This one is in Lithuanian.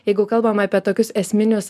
jeigu kalbam apie tokius esminius